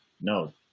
no